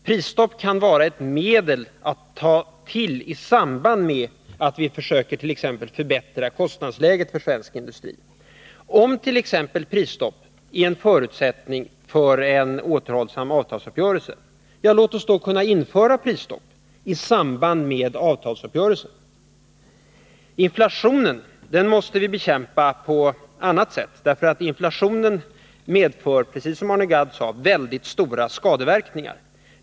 Prisstopp kan vara ett medel att ta till i samband med att vi försöker t.ex. förbättra kostnadsläget för svensk industri. Om exempelvis prisstopp är en förutsättning för en återhållsam avtalsuppgörelse, låt oss då införa prisstopp i samband med avtalsuppgörelsen. Inflationen måste vi bekämpa på annat sätt, därför att inflationen medför — precis som Arne Gadd sade — väldigt stora skadeverkningar.